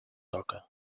toca